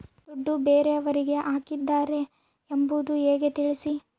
ದುಡ್ಡು ಬೇರೆಯವರಿಗೆ ಹಾಕಿದ್ದಾರೆ ಎಂಬುದು ಹೇಗೆ ತಿಳಿಸಿ?